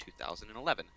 2011